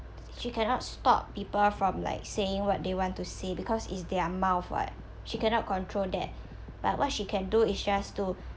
she cannot stop people from like saying what they want to say because it's their mouth what she cannot control that but what she can do is just to